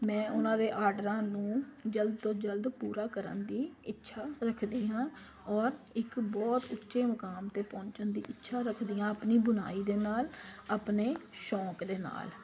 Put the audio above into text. ਮੈਂ ਉਹਨਾਂ ਦੇ ਆਰਡਰਾਂ ਨੂੰ ਜਲਦ ਤੋਂ ਜਲਦ ਪੂਰਾ ਕਰਨ ਦੀ ਇੱਛਾ ਰੱਖਦੀ ਹਾਂ ਔਰ ਇੱਕ ਬਹੁਤ ਉੱਚੇ ਮੁਕਾਮ 'ਤੇ ਪਹੁੰਚਣ ਦੀ ਇੱਛਾ ਰੱਖਦੀ ਹਾਂ ਆਪਣੀ ਬੁਣਾਈ ਦੇ ਨਾਲ ਆਪਣੇ ਸ਼ੌਂਕ ਦੇ ਨਾਲ